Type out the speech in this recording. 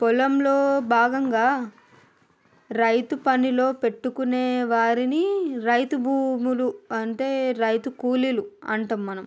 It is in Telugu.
పొలంలో భాగంగా రైతు పనిలో పెట్టుకునే వారిని రైతు భూములు అంటే రైతు కూలీలు అంటాం మనం